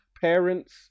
parents